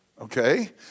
Okay